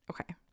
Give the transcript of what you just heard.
Okay